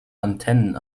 antennen